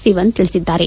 ಸಿವನ್ ತಿಳಿಸಿದ್ದಾರೆ